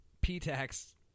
P-tax